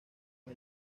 con